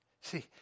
See